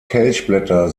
kelchblätter